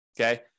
okay